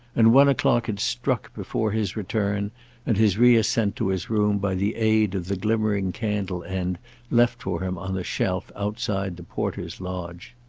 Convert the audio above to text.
and one o'clock had struck before his return and his re-ascent to his room by the aid of the glimmering candle-end left for him on the shelf outside the porter's lodge.